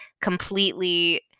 completely